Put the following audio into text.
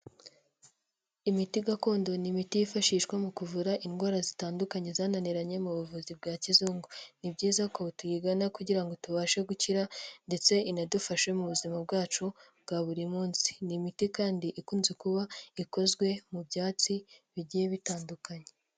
Imiti gakondo ni imiti yifashishwa mu kuvura indwara zitandukanye zananiranye mu buvuzi bwa kizungu ni byiza ko tuyigana kugira ngo tubashe gukira ndetse inadufashe mu buzima bwacu bwa buri munsi ni imiti kandi ikunze kuba ikozwe mu byatsi bigiye bitandukanye.